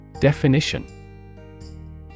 Definition